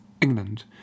England